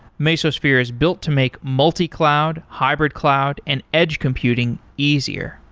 mesosphere is built to make multi-cloud, hybrid-cloud and edge computing easier.